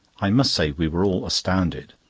i must say we were all astounded.